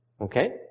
Okay